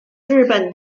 日本